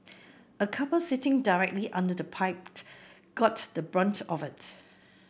a couple sitting directly under the pipe got the brunt of it